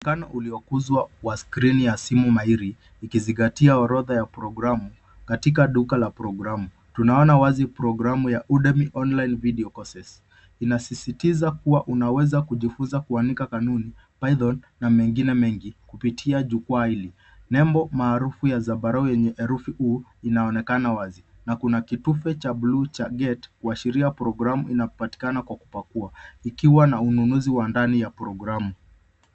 Kano uliokuzwa kwa simu mairi ikizingatia orodha ya programu katika duka la programu. Tunaona wazi programu ya Udemy Online Video Courses , inasisitiza kuwa unaweza kujifunza kuandika kanuni, python na mengine mengi kupitia jukwa hili. Nembo maarufu ya zambarau yenye herufi U inaonekana wazi na kuna kitufe cha bluu cha gate kuashiria programu ina patikana kwa kupakuwa ikiwa na ununuzi wa ndani ya programu.